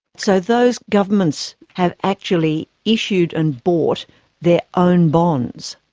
so those governments have actually issued and bought their own bonds?